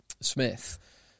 Smith